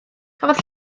cafodd